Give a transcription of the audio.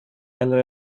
eller